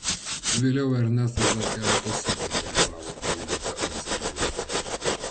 vėliau ernestas dar keletą sykių dalyvavo koviniuose antskrydžiuose